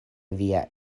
via